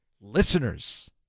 listeners